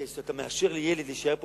כי כשאתה מאשר לילד להישאר פה,